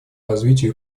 развитию